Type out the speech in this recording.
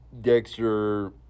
Dexter